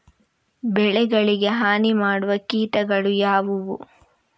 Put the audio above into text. ಬೆಳೆಗಳಿಗೆ ಹಾನಿ ಮಾಡುವ ಕೀಟಗಳು ಯಾವುವು?